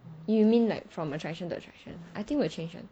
you mean like from attraction the attraction I think will change [one]